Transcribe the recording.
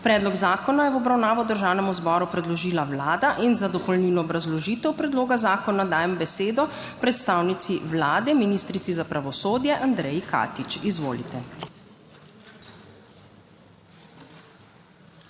Predlog zakona je v obravnavo Državnemu zboru predložila Vlada in za dopolnilno obrazložitev predloga zakona dajem besedo predstavnici Vlade, ministrici za pravosodje Andreji Katič. Izvolite.